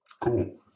Cool